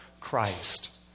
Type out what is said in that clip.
Christ